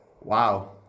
Wow